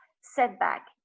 setback